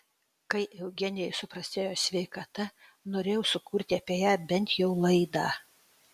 kai eugenijai suprastėjo sveikata norėjau sukurti apie ją bent jau laidą